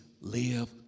live